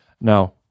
now